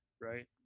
right